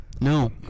No